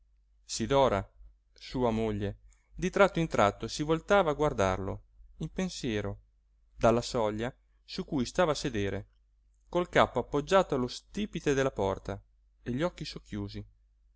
all'aja sidora sua moglie di tratto in tratto si voltava a guardarlo in pensiero dalla soglia su cui stava a sedere col capo appoggiato allo stipite della porta e gli occhi socchiusi